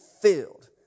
filled